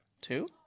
Two